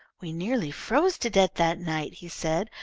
we nearly froze to death that night, he said,